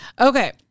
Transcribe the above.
Okay